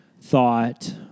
thought